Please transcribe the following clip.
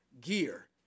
gear